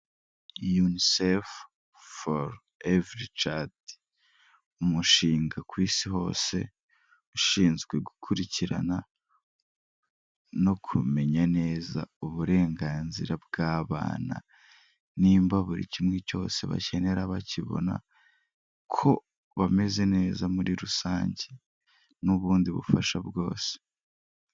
Unicef foru evuri cadi. Umushinga ku Isi hose ushinzwe gukurikirana no kumenya neza uburenganzira bw'abana, nimba buri kimwe cyose bakenera bakibona ko bameze neza muri rusange n'ubundi bufasha bwose.